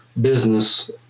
business